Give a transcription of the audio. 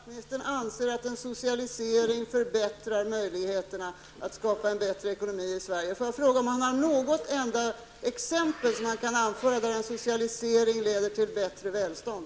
Herr talman! Då måste jag tolka svaret så, att finansministern anser att en socialisering ökar möjligheterna att skapa en bättre ekonomi i Sverige. Kan finansministern anföra något enda exempel på att en socialisering leder till bättre välstånd?